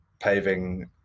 paving